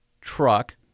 truck